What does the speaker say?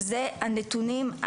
שזה הנתונים,